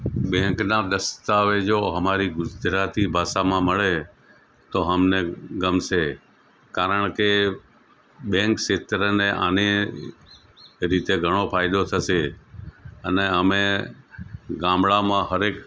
બેંકના દસ્તાવેજો અમારી ગુજરાતી ભાષામાં મળે તો અમને ગમશે કારણ કે બેંક ક્ષેત્રને આને લીધે ઘણો ફાયદો થશે અને અમે ગામડાંમાં દરેક